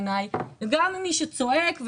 גם מי שצועק,